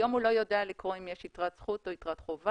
היום הוא לא יודע לקרוא אם יש יתרת זכות או יתרת חובה.